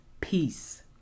peace